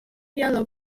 yellow